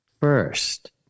First